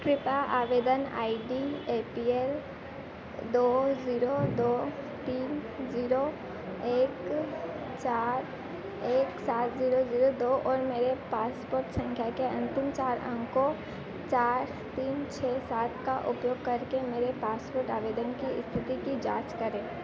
कृपया आवेदन I D A P L दो ज़ीरो दो तीन ज़ीरो एक चार एक सात ज़ीरो ज़ीरो दो और मेरे पासपोर्ट संख्या के अंतिम चार अंकों चार तीन छः सात का उपयोग करके मेरे पासपोर्ट आवेदन की स्थिति की जाँच करें